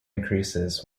increases